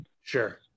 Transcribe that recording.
Sure